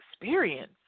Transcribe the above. experience